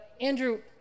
Andrew